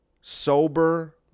sober